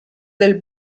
del